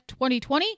2020